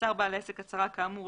מסר בעל העסק הצהרה כאמור,